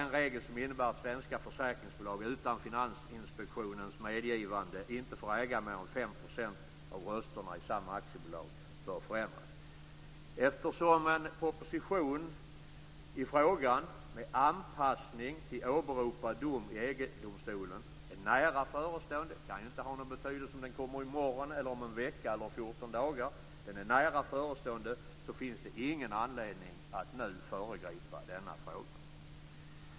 Den regeln innebär att svenska försäkringsbolag utan Finansinspektionens medgivande inte får äga mer än 5 % av rösterna i samma aktiebolag. Eftersom en proposition i frågan med anpassning till åberopad dom i EG-domstolen är nära förestående finns det ingen anledning att nu föregripa denna fråga. Det kan inte ha någon betydelse om den kommer i morgon, om en vecka eller om 14 dagar.